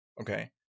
okay